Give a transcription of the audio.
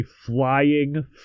flying